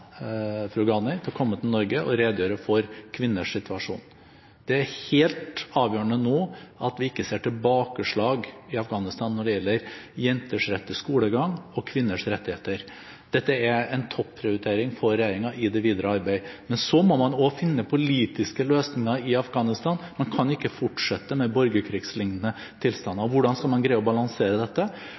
fru Ghani, til å komme til Norge og redegjøre for kvinners situasjon. Det er helt avgjørende nå at vi ikke ser tilbakeslag i Afghanistan når det gjelder jenters rett til skolegang og kvinners rettigheter. Dette er en topprioritering for regjeringen i det videre arbeidet. Men så må man også finne politiske løsninger i Afghanistan. Man kan ikke fortsette med borgerkrigslignende tilstander. Hvordan skal man greie å balansere dette?